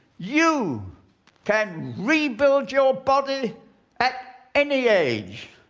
you can rebuild your body at any age.